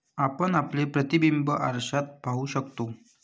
आपण आपले प्रतिबिंब आरशात पाहू शकतो